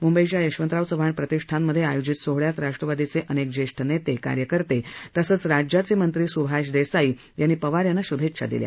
मुंबईच्या यशंवतराव चव्हाण प्रतिष्ठानमधे आयोजित सोहळ्यात राष्ट्रवादीचे अनेक ज्येष्ठ नेते कार्यकर्ते तसंच राज्याचे मंत्री सुभाष देसाई यांनी पवार यांना श्भेच्छा दिल्या